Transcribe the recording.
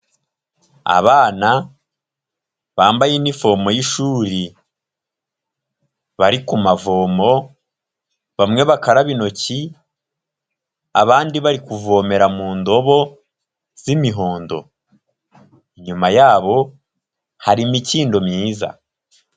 Abana bambaye inifomo y'ishuri, bari ku mavomo, bamwe bakaraba intoki abandi bari kuvomera mu ndobo z'imihondo, inyuma yabo hari imikindo myiza.